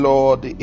Lord